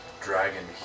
dragon